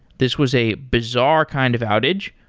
this was a bizarre kind of outage,